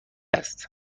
است